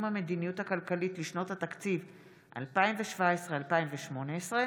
המדיניות הכלכלית לשנות התקציב 2017 ו-2018)